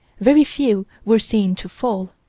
very few were seen to fall.